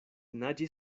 naĝi